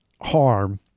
harm